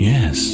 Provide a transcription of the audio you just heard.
Yes